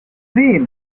wheel